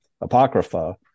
Apocrypha